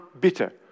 bitter